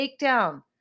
takedown